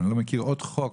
אני לא מכיר עוד חוק